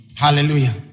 Hallelujah